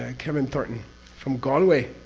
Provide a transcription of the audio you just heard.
ah kevin thornton from galway,